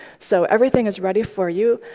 so everything is ready for you.